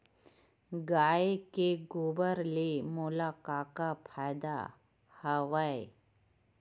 गाय के गोबर ले मोला का का फ़ायदा हवय?